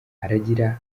aragira